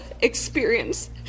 experience